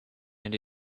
and